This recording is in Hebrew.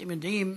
אתם יודעים,